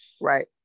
right